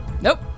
Nope